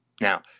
Now